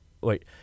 Wait